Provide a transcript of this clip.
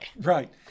Right